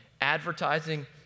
advertising